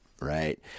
right